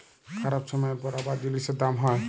খারাপ ছময়ের পর আবার জিলিসের দাম হ্যয়